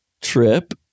trip